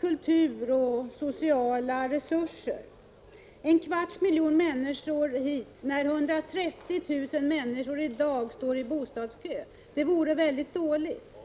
kultur och sociala resurser. Att få hit 250 000 människor när 130 000 i dag står i bostadskö vore dåligt.